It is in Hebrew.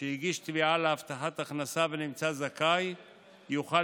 שהגיש תביעה להבטחת הכנסה ונמצא זכאי יוכל